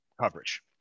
coverage